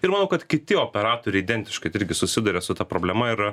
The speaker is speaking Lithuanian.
ir manau kad kiti operatoriai identiškai tai irgi susiduria su ta problema yra